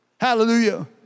Hallelujah